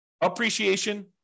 appreciation